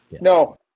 no